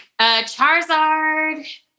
Charizard